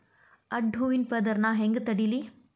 ಅಡ್ಡ ಹೂವಿನ ಪದರ್ ನಾ ಹೆಂಗ್ ತಡಿಲಿ?